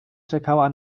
czekała